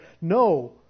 no